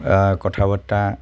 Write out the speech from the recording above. কথা বাৰ্তা